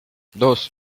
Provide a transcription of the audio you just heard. dos